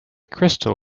crystal